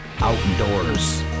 Outdoors